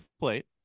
plate